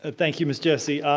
ah thank you, miss jessie.